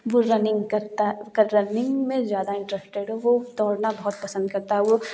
वो रनिंग करता है रनिंग में ज़्यादा इंटरेस्टेड है वो दौड़ना बहुत पसंद करता है